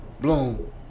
bloom